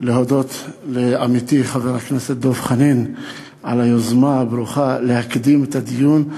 להודות לעמיתי חבר הכנסת דב חנין על היוזמה הברוכה להקדים את הדיון,